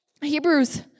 Hebrews